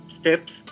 steps